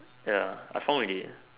ya I found already